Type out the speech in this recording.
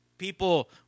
People